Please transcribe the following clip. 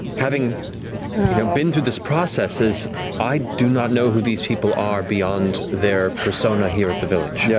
having been through this process, is i do not know who these people are beyond their persona here at the village. yeah